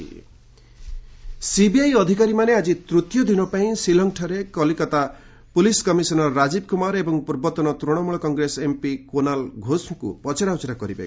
CBI Kumar CBI ଅଧିକାରୀମାନେ ଆଜି ତୃତୀୟ ଦିନ ପାଇଁ ସିଙ୍ଗଠାରେ କଲିକତା ପୁଲିସ୍ କମିଶନର ରାଜୀବ କୁମାର ଏବଂ ପୂର୍ବତନ ତୃଶମୂଳ କଂଗ୍ରେସ ଏମ୍ପି କୁନାଳ ଘୋଷଙ୍କୁ ପଚରାଉଚରା କରିବେ